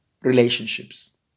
relationships